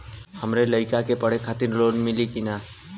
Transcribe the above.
हमरे लयिका के पढ़े खातिर लोन मिलि का?